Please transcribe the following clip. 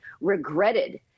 regretted